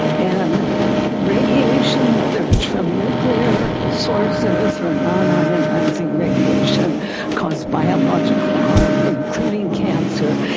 and radiation whether it's from nuclear sources or non-ionizing radiation cause biological harm, including cancer.